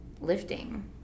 lifting